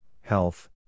health